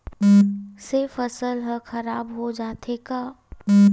से फसल ह खराब हो जाथे का?